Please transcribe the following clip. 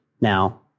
Now